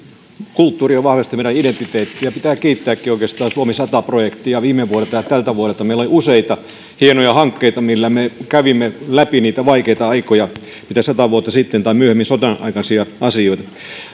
kulttuuri on vahvasti meidän identiteettiä pitää kiittääkin oikeastaan suomi sata projektia viime vuodelta ja tältä vuodelta meillä oli useita hienoja hankkeita millä me kävimme läpi niitä vaikeita aikoja niitä sata vuotta sitten tapahtuneita tai myöhempiä sodanaikaisia asioita